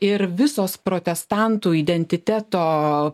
ir visos protestantų identiteto